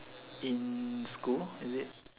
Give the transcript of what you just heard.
in school is it